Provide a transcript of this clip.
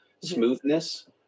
smoothness